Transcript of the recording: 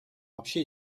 вообще